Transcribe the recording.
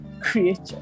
creature